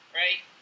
right